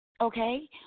Okay